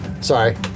sorry